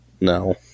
No